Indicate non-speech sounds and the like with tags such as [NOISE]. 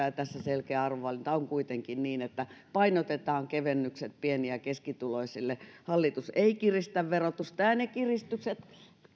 [UNINTELLIGIBLE] ja tässä selkeä arvovalinta on kuitenkin se että painotetaan kevennykset pieni ja keskituloisille hallitus ei kiristä verotusta ne kiristykset